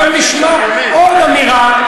עכשיו נשמע עוד אמירה,